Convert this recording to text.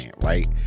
right